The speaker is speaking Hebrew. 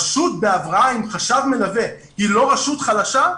רשות בהבראה עם חשב מלווה היא לא רשות חלשה?